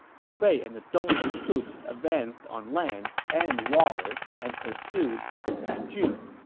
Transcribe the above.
liu bei and the dongwu troops advanced on land and water and pursued to nanjun.